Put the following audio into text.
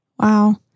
Wow